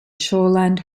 shoreland